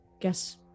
guess